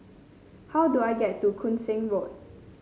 how do I get to Koon Seng Road